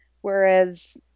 whereas